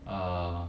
err